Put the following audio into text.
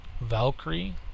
Valkyrie